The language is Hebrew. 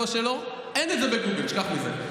אין את זה בגוגל, תשכח מזה.